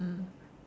mm